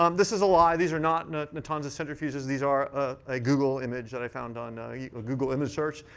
um this is a lie. these are not not natanz' centrifuges. these are ah a google image that i found on a google image search.